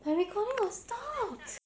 my recording will stop